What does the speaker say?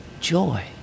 joy